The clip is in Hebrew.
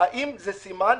האם זה סימן,